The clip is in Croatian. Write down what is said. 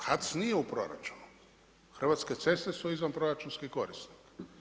HAC nije u proračunu, Hrvatske ceste su izvanproračunski korisnik.